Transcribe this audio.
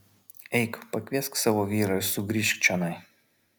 eik pakviesk savo vyrą ir sugrįžk čionai